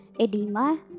edema